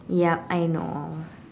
yup I know